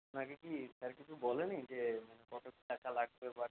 আপনাকে কি স্যার কিছু বলেনি যে মানে কত কী টাকা লাগবে বা